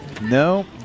No